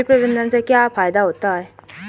कीट प्रबंधन से क्या फायदा होता है?